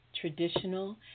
Traditional